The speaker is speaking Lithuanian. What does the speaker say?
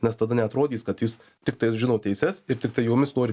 nes tada neatrodys kad jis tiktais žino teises ir tiktai jomis nori